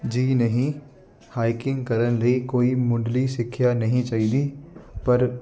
ਜੀ ਨਹੀਂ ਹਾਈਕਿੰਗ ਕਰਨ ਲਈ ਕੋਈ ਮੁਢਲੀ ਸਿੱਖਿਆ ਨਹੀਂ ਚਾਹੀਦੀ ਪਰ